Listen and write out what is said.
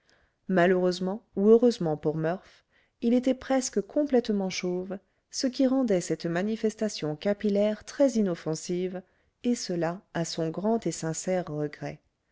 malheureusement ou heureusement pour murph il était presque complètement chauve ce qui rendait cette manifestation capillaire très inoffensive et cela à son grand et sincère regret